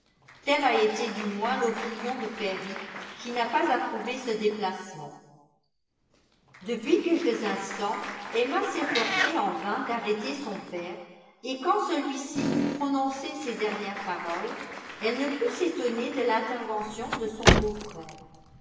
telle a été du moins l'opinion de perry qui n'a pas approuvé ce déplacement depuis quelques instants emma s'efforçait en vain d'arrêter son père et quand celui-ci eut prononcé ces dernières paroles elle ne put s'étonner de l'intervention de son beau-frère